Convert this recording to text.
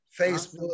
Facebook